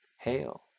Hail